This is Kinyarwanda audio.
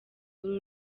uru